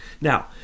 Now